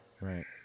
Right